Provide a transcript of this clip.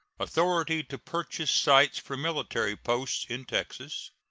authority to purchase sites for military posts in texas